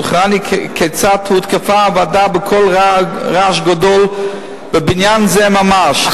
זכורני כיצד הותקפה הוועדה בקול רעש גדול בבניין זה ממש,